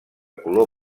color